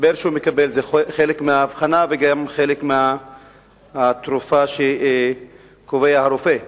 ההסבר שהוא מקבל זה חלק מהאבחנה וגם חלק מהתרופה שהרופא קובע.